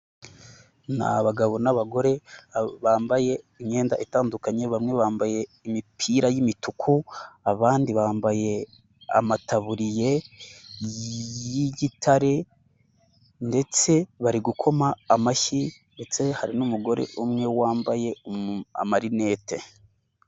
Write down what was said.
Ni abagabo n'abagore, bambaye imyenda itandukanye, bamwe bambaye imipira y'imituku, abandi bambaye amataburiya y'igitare ndetse bari gukoma amashyi ndetse hari n'umugore umwe wambaye amarinete.